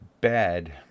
bad